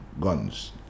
guns